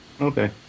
Okay